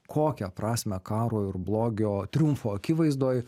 kokią prasmę karo ir blogio triumfo akivaizdoj